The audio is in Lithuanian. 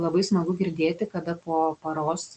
labai smagu girdėti kada po paros